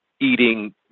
eating